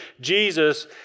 Jesus